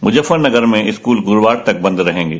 मजफ्फरनगर में स्कूल गुरूवार तक बंद रहेगे